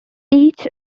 each